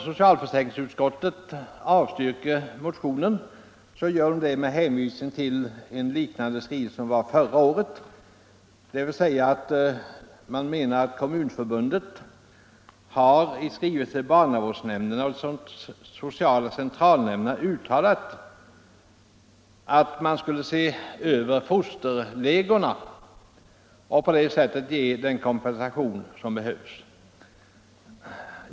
Socialförsäkringsutskottet avstyrker motionen 463 med hänvisning till en skrivelse 1973 från Kommunförbundet till barnavårdsnämnderna och de sociala centralnämnderna, där det uttalades att man borde se över fosterlegorna för att på det sättet ge den kompensation som behövs.